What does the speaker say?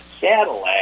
Cadillac